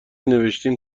نوشتین